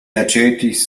aĉetis